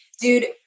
dude